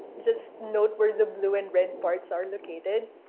just note where the blue and red parts are located